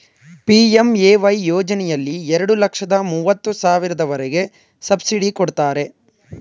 PMAY ಯೋಜನೆಯಲ್ಲಿ ಎರಡು ಲಕ್ಷದ ಮೂವತ್ತು ಸಾವಿರದವರೆಗೆ ಸಬ್ಸಿಡಿ ಕೊಡ್ತಾರೆ